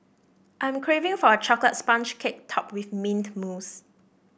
I am craving for a chocolate sponge cake topped with mint mousse